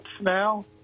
now